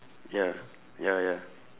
ya ya ya